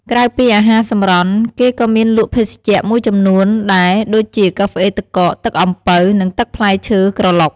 ក្រៅពីអាហារសម្រន់ គេក៏មានលក់ភេសជ្ជៈមួយចំនួនដែរដូចជា កាហ្វេទឹកកក ទឹកអំពៅ និងទឹកផ្លែឈើក្រឡុក។